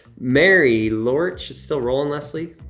mary lorch, it's still rolling, leslie?